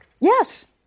Yes